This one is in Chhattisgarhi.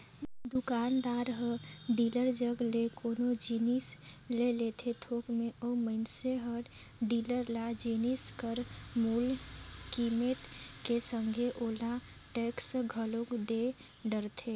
दुकानदार हर डीलर जग ले कोनो जिनिस ले लेथे थोक में अउ मइनसे हर डीलर ल जिनिस कर मूल कीमेत के संघे ओला टेक्स घलोक दे डरथे